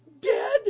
dead